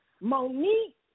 Monique